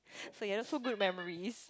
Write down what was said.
so you have good memories